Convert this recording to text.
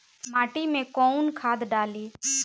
माटी में कोउन खाद डाली?